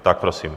Tak prosím.